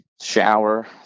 Shower